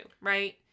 right